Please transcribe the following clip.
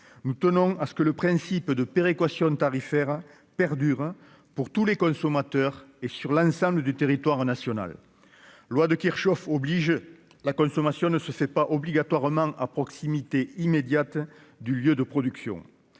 nous tenons à ce que le principe de péréquation tarifaire perdure pour tous les consommateurs et sur l'ensemble du territoire national, loi de Kirchhof oblige, la consommation ne se fait pas obligatoirement à proximité immédiate du lieu de production,